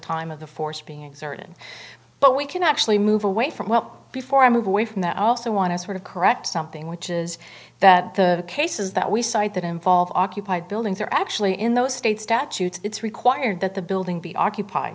time of the force being exerted but we can actually move away from well before i move away from that i also want to sort of correct something which is that the cases that we cite that involve occupied buildings are actually in those states statutes it's required that the building be occupied